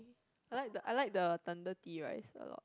I like the I like the thunder tea rice a lot